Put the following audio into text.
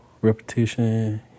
Repetition